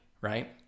right